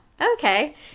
okay